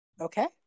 Okay